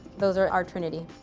those are our trinity.